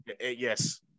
Yes